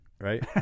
right